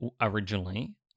originally